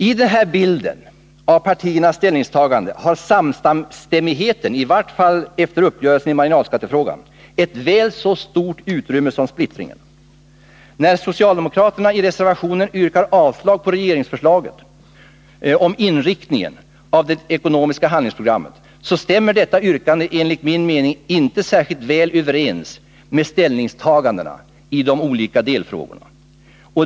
I denna bild av partiernas ställningstaganden har samstämmigheten, i vart fall efter uppgörelsen i marginalskattefrågan, ett väl så stort utrymme som splittringen. När socialdemokraterna i reservationen yrkar avslag på regeringsförslaget om inriktningen av det ekonomiska handlingsprogrammet, så stämmer detta yrkande enligt min mening inte särskilt väl överens med ställningstagandena i de olika delfrågorna.